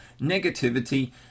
Negativity